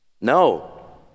No